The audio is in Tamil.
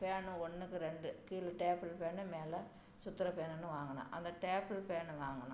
ஃபேனு ஒன்றுக்கு ரெண்டு கீழே டேபிள் ஃபேனு மேலே சுற்றுற ஃபேனுன்னு வாங்கினோம் அந்த டேபிள் ஃபேனு வாங்கினோம்